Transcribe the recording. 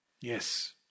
Yes